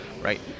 right